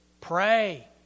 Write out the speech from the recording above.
pray